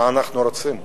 מה אנחנו רוצים?